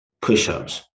push-ups